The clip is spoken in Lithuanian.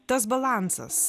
tas balansas